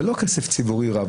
ולא כסף ציבורי רב,